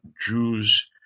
Jews